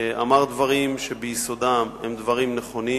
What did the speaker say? אמר דברים שביסודם הם דברים נכונים.